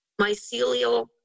mycelial